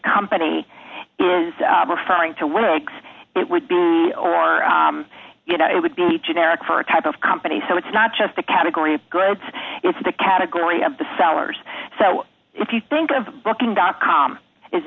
company referring to wakes it would be or you know it would be generic for a type of company so it's not just the category of goods it's the category of the sellers so if you think of booking dot com is